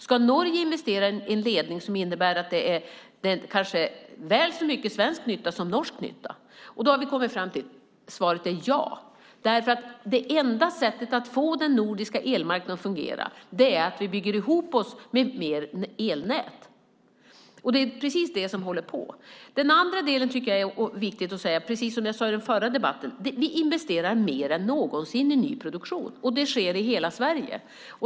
Ska Norge investera i en ledning som innebär att den kanske är väl så mycket till svensk nytta som till norsk nytta? Vi har kommit fram till att svaret är ja. Det enda sättet att få den nordiska elmarknaden att fungera är att vi bygger ihop oss med mer elnät. Det är precis det som håller på att ske. Dessutom tycker jag att det är viktigt att säga att vi, precis som jag sade i den förra debatten, investerar mer än någonsin i ny produktion, och det sker i hela Sverige.